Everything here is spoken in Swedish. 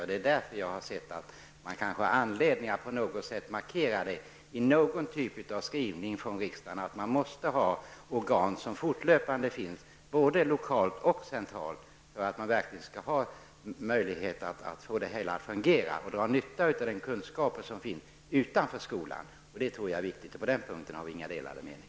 Jag anser därför att vi har anledning att på något sätt markera i någon typ av skrivning från riksdagen att man måste ha organ som fortlöpande arbetar lokalt och centralt för att man verkligen skall ha möjlighet att få det hela att fungera och för att man skall kunna dra nytta av den kunskap som finns utanför skolan. Det tror jag är viktigt. På den punkten har vi inga delade meningar.